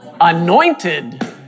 Anointed